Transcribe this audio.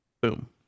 Boom